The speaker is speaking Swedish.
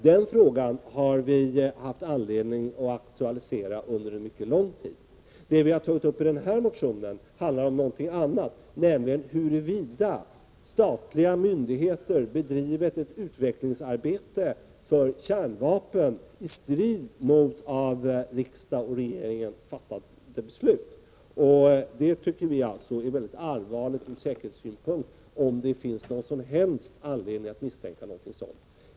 Den frågan har vi haft anledning att aktualisera under en mycket lång tid. Det vi har tagit upp i den motion som nu är aktuell handlar om någonting annat, nämligen huruvida statliga myndigheter har bedrivit ett utvecklingsarbete för kärnvapen i strid mot av riksdag och regering fattade beslut. "Vi tycker att det är mycket allvarligt ur säkerhetssynpunkt om det finns någon som helst anledning att misstänka något sådant.